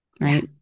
right